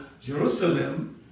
Jerusalem